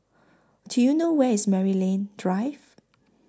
Do YOU know Where IS Maryland Drive